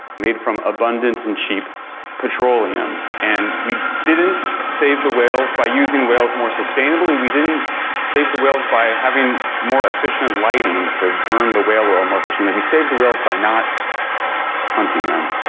made from abundant and cheap petroleum, and we didn't save the whales by using whales more sustainably, we didn't save the whales by having more efficient lighting to burn the whale oil more efficiently. we saved the whales by not hunting them.